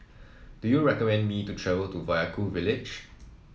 do you recommend me to travel to Vaiaku village